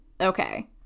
Okay